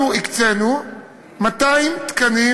אנחנו הקצינו 200 תקנים